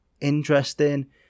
interesting